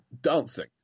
dancing